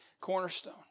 Cornerstone